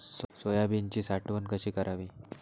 सोयाबीनची साठवण कशी करावी?